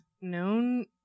known